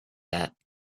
that